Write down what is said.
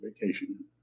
vacation